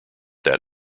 that